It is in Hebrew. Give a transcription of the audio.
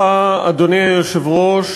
אדוני היושב-ראש,